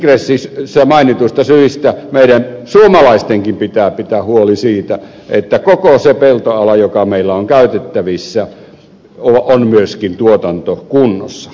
edelleen niistä ingressissä mainituista syistä meidän suomalaistenkin pitää pitää huoli siitä että koko se peltoala joka meillä on käytettävissä on myöskin tuotantokunnossa